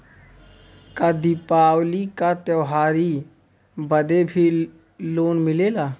का दिवाली का त्योहारी बदे भी लोन मिलेला?